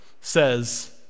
says